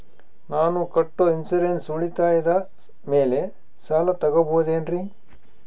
ನಾನು ಕಟ್ಟೊ ಇನ್ಸೂರೆನ್ಸ್ ಉಳಿತಾಯದ ಮೇಲೆ ಸಾಲ ತಗೋಬಹುದೇನ್ರಿ?